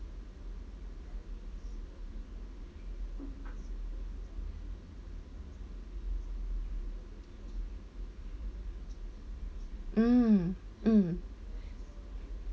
mm mm